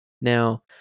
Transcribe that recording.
Now